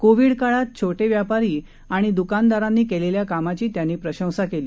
Covid काळात छोटे व्यापारी आणि दुकानदारांनी केलेल्या कामाची त्यांनी प्रशंसा केली